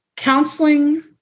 Counseling